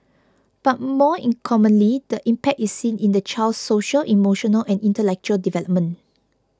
but more in commonly the impact is seen in the child's social emotional and intellectual development